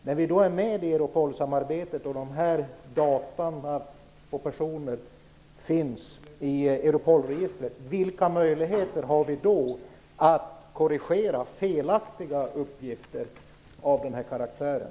När vi då är med i Europolsamarbetet och dessa data på personer finns i Europolregistret, vilka möjligheter har vi då att korrigera felaktiga uppgifter av den här karaktären?